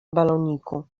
baloniku